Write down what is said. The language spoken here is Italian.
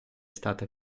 stata